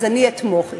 אני אתמוך,